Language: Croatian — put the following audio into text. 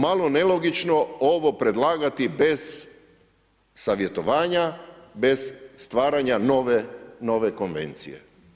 Malo nelogično ovo predlagati bez savjetovanja, bez stvaranja nove konvencije.